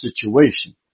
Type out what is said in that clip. situation